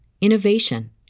innovation